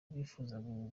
bifuza